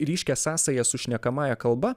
ryškią sąsają su šnekamąja kalba